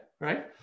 right